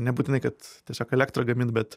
nebūtinai kad tiesiog elektrą gamint bet